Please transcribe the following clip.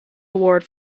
award